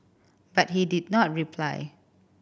but he did not reply